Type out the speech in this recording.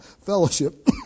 Fellowship